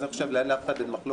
ועל זה עכשיו לאף אחד אין מחלוקת,